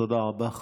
תודה רבה.